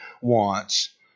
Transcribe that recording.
wants